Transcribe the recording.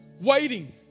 waiting